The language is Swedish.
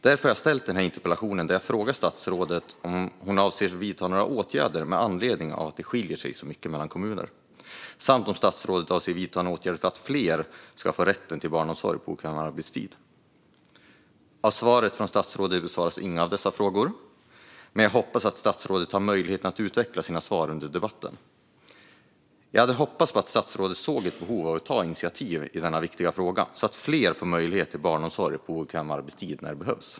Jag har därför ställt denna interpellation där jag frågar statsrådet om hon avser att vidta några åtgärder med anledning av att det skiljer sig så mycket åt mellan kommuner samt om statsrådet avser att vidta några åtgärder för att fler ska få rätt till barnomsorg på obekväm arbetstid. I svaret från statsrådet besvaras ingen av dessa frågor, men jag hoppas att statsrådet tar möjligheten att utveckla sina svar under debatten. Jag hade hoppats att statsrådet skulle se ett behov av att ta initiativ i denna viktiga fråga så att fler får möjlighet till barnomsorg på obekväm arbetstid när det behövs.